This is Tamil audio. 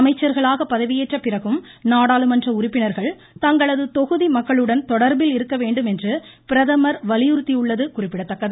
அமைச்சர்களாக பதவியேற்ற பிறகும் நாடாளுமன்ற உறுப்பினர்கள் தங்களது தொகுதி மக்களுடன் தொடர்பில் இருக்க வேண்டும் என்று பிரதமர் வலியுறுத்தியுள்ளது குறிப்பிடத்தக்கது